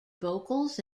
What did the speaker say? vocals